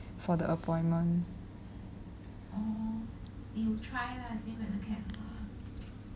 for the appointment